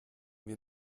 wir